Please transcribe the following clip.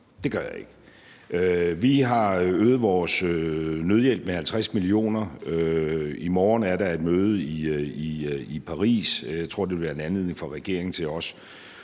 Det gør jeg ikke. Vi har øget vores nødhjælp med 50 mio. kr. I morgen er der et møde i Paris, og jeg tror, det vil være en anledning for regeringen til også